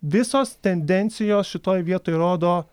visos tendencijos šitoj vietoj rodo